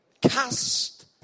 Cast